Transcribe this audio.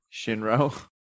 Shinro